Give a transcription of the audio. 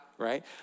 right